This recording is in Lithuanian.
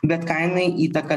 bet kainai įtaką